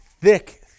thick